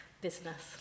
business